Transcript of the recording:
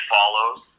Follows